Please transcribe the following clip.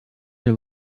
your